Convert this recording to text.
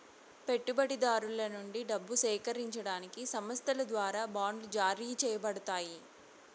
పెట్టుబడిదారుల నుండి డబ్బు సేకరించడానికి సంస్థల ద్వారా బాండ్లు జారీ చేయబడతాయి